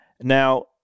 Now